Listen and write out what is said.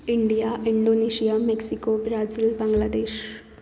India Indonesia Mexico Brazil Bangladesh